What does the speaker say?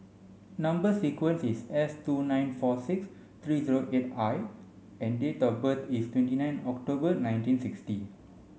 number sequence is S two nine four six three zero eight I and date of birth is twenty nine October nineteen sixty